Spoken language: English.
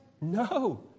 No